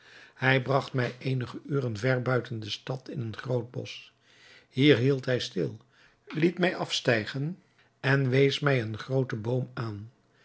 bij bragt mij eenige uren ver buiten de stad in een groot bosch hier hield hij stil liet mij afstijgen en wees mij een grooten boom aan